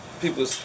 people